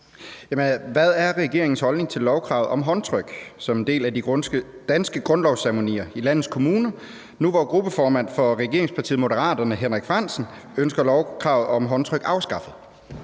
Hvad er regeringens holdning til lovkravet om håndtryk som en del af de danske grundlovsceremonier i landets kommuner nu, hvor gruppeformanden for regeringspartiet Moderaterne, Henrik Frandsen, ønsker lovkravet om håndtryk afskaffet?